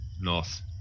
North